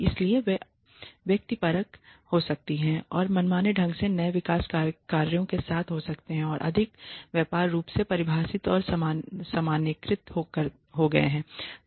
इसलिए वे व्यक्तिपरक हो सकते हैं और मनमाने ढंग से नए विकास कार्यों के साथ हो सकते हैं और अधिक व्यापक रूप से परिभाषित और सामान्यीकृत हो गए हैं